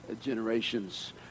generations